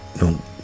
No